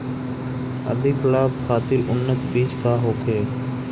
अधिक लाभ खातिर उन्नत बीज का होखे?